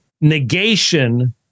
negation